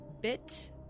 Bit